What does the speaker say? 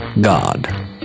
God